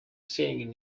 selling